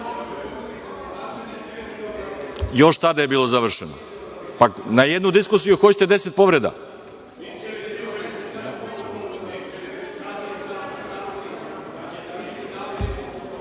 tada je bilo završeno. Pa, na jednu diskusiju hoćete deset povreda.(Milorad